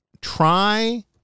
Try